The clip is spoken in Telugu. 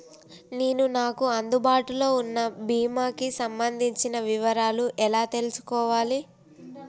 నేను నాకు అందుబాటులో ఉన్న బీమా కి సంబంధించిన వివరాలు ఎలా తెలుసుకోవాలి?